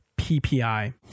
PPI